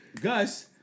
Gus